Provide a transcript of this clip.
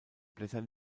blätter